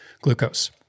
glucose